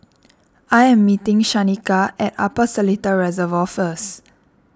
I am meeting Shanika at Upper Seletar Reservoir first